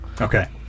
Okay